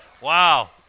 wow